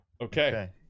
Okay